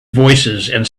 voicesand